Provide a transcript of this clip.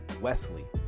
Wesley